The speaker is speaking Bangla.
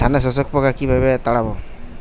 ধানে শোষক পোকা কিভাবে তাড়াব?